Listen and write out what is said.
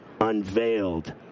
unveiled